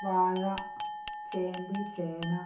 വാഴ ചേമ്പ് ചേന